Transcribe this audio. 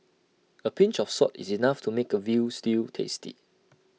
A pinch of salt is enough to make A Veal Stew tasty